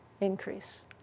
increase